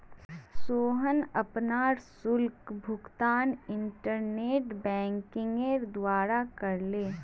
सोहन अपनार शुल्क भुगतान इंटरनेट बैंकिंगेर द्वारा करले